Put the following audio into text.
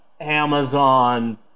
Amazon